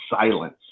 silence